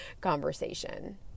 conversation